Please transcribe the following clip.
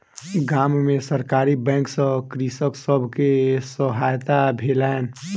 गाम में सरकारी बैंक सॅ कृषक सब के सहायता भेलैन